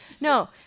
No